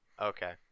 Okay